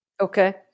Okay